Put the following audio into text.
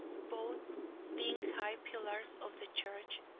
both being high pillars of the church,